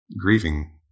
grieving